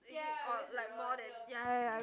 ya like more than ya ya ya